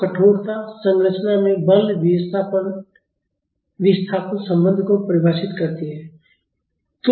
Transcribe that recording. तो कठोरता संरचना में बल विस्थापन संबंध को परिभाषित करती है